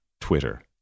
twitter